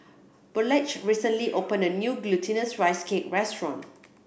Burleigh recently opened a new Glutinous Rice Cake restaurant